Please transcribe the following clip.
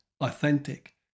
authentic